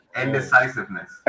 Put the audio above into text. Indecisiveness